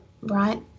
right